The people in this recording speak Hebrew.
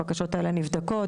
הבקשות האלה נבדקות,